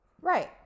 Right